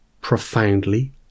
profoundly